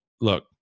look